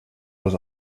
was